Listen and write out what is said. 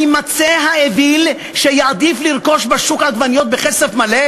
היימצא האוויל שיעדיף לרכוש בשוק עגבניות בכסף מלא?